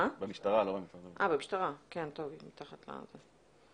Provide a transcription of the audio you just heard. במשטרה, לא במשרד לביטחון פנים.